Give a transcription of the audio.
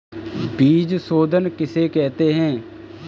बीज शोधन किसे कहते हैं?